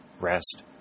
rest